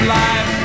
life